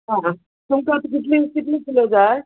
हा तुमकां आतां कितली कितली किलो जाय